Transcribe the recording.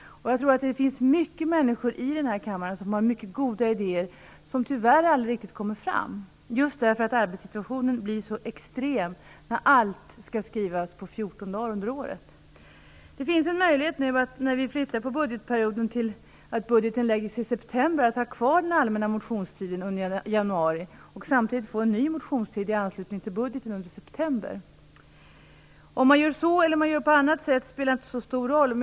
Jag tror att det finns många människor i den här kammaren som har mycket goda idéer som tyvärr aldrig riktigt kommer fram, just därför att arbetssituationen blir så extrem när allt skall skrivas under fjorton dagar av året. Det finns en möjlighet nu när vi flyttar budgetperioden och budgeten läggs fram i september att ha kvar den allmänna motionstiden i januari och samtidigt få en ny motionstid i anslutning till budgeten i september. Om man gör så eller på något annat sätt spelar inte så stor roll.